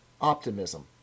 optimism